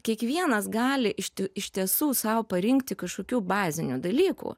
kiekvienas gali iš iš tiesų sau parinkti kažkokių bazinių dalykų